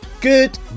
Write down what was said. Good